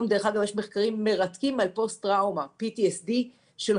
יש מחקרים מרתקים על פוסט טראומה של חיילים,